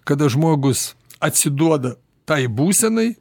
kada žmogus atsiduoda tai būsenai